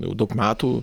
jau daug metų